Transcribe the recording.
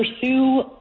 pursue